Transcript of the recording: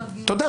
תודה.